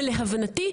ולהבנתי,